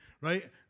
right